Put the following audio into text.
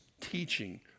teaching